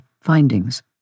findings